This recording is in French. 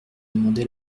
demandé